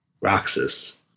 Roxas